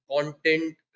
content